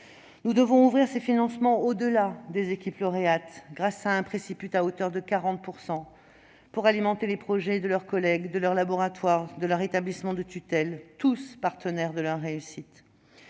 Nous devons ouvrir ces financements au-delà même des équipes lauréates, grâce à un préciput à hauteur de 40 %, qui permettra d'alimenter les projets des autres équipes, de leurs laboratoires et de leurs établissements de tutelle, tous partenaires de leur réussite.